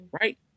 Right